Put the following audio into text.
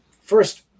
first